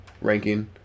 ranking